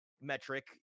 metric